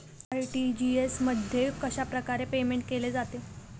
RTGS मध्ये कशाप्रकारे payment केले जाते?